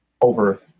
over